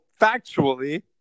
factually